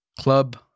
club